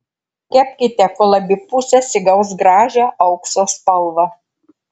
kepkite kol abi pusės įgaus gražią aukso spalvą